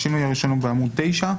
השינוי הראשון הוא בעמוד 9,